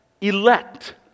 elect